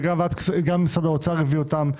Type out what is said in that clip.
וגם משרד האוצר הביא אותם: